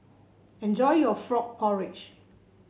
enjoy your Frog Porridge